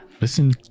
Listen